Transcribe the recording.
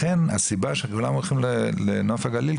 לכן הסיבה שכולם הולכים לנוף הגליל,